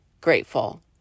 grateful